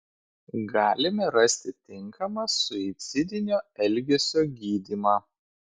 galime rasti tinkamą suicidinio elgesio gydymą